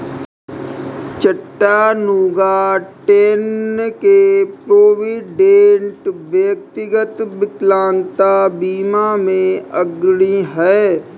Chattanooga, Tenn के Provident, व्यक्तिगत विकलांगता बीमा में अग्रणी हैं